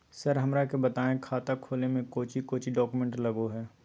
Sir हमरा के बताएं खाता खोले में कोच्चि कोच्चि डॉक्यूमेंट लगो है?